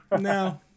no